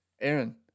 Aaron